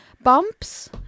bumps